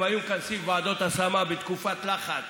הם היו כאן סביב ועדות השמה בתקופת לחץ